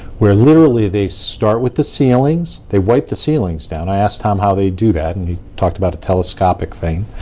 where literally they start with the ceilings. they wipe the ceilings down. i tom how they do that, and he talked about a telescopic thing.